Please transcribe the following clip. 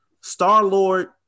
Star-Lord